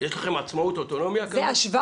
יש לכם עצמאות, אוטונומיה כזאת?